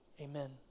amen